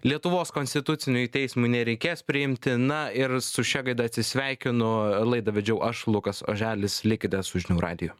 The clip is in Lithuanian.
lietuvos konstituciniui teismui nereikės priimti na ir su šia gaida atsisveikinu laidą vedžiau aš lukas oželis likite su žinių radiju